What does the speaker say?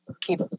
keep